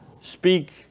speak